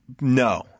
No